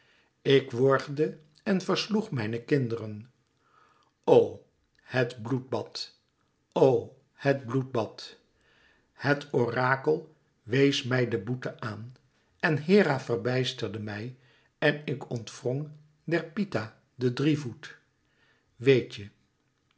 ik worgde en versloeg mijne kinderen o het bloedbad o het bloedbad het orakel wees mij de boete aan en hera verbijsterde mij en ik ontwrong der pythia den drievoet weet je